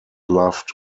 loved